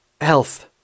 health